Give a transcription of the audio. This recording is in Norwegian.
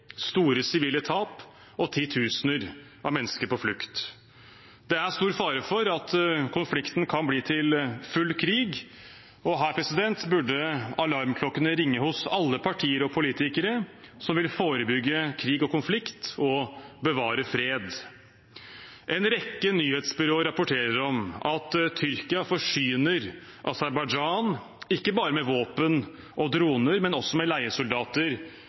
store sivile tap og titusener av mennesker på flukt. Det er stor fare for at konflikten kan bli til full krig, og her burde alarmklokkene ringe hos alle partier og politikere som vil forebygge krig og konflikt og bevare fred. En rekke nyhetsbyråer rapporterer om at Tyrkia forsyner Aserbajdsjan ikke bare med våpen og droner, men også med leiesoldater